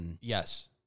Yes